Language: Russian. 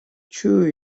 чую